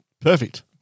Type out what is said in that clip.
Perfect